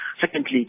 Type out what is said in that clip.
secondly